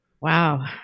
Wow